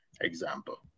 example